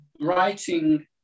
writing